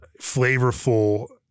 flavorful